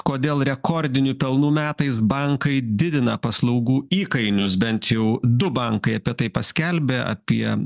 kodėl rekordinių pelnų metais bankai didina paslaugų įkainius bent jau du bankai apie tai paskelbė apie